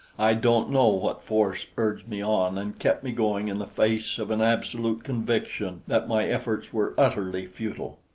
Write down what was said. i don't know what force urged me on and kept me going in the face of an absolute conviction that my efforts were utterly futile.